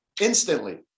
instantly